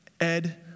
Ed